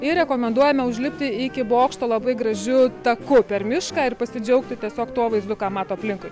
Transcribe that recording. ir rekomenduojame užlipti iki bokšto labai gražiu taku per mišką ir pasidžiaugti tiesiog tuo vaizdu ką mato aplinkui